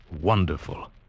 wonderful